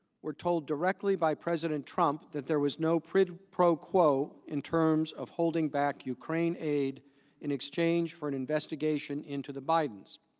were told directly by president trump there was no quid pro quo in terms of holding back ukraine aid in exchange for an investigation into the bidens.